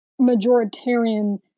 majoritarian